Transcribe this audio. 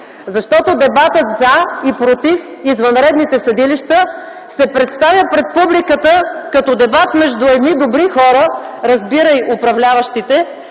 защото дебатът „за” и „против” извънредните съдилища се представя пред публиката като дебат между добри хора (разбирай управляващите),